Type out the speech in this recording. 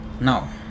now